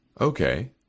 Okay